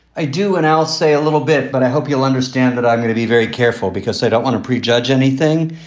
i do. and i'll say a little bit, but i hope you'll understand that i'm going to be very careful because i don't want to prejudge anything.